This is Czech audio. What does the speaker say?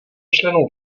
členů